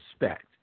respect